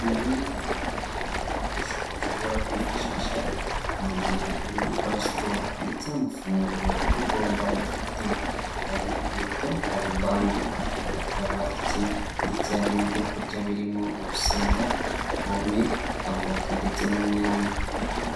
Ibi ni bimwe mu bikoresho ushobora kwifashisha mu gihe uri gukora siporo ndetse n'amafunguro uba ugomba gufata, hari inkweto, hari bande, hakaba ikinya ndetse hari n'ibyo kurya birimo urusenda, pome, avoka ndetse n'inyanya.